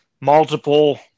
multiple